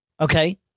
Okay